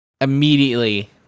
immediately